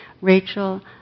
Rachel